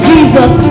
Jesus